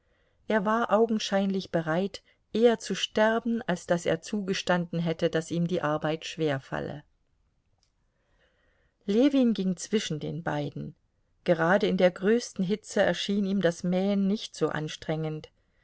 er war augenscheinlich bereit eher zu sterben als daß er zugestanden hätte daß ihm die arbeit schwerfalle ljewin ging zwischen den beiden gerade in der größten hitze erschien ihm das mähen nicht so anstrengend